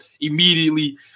immediately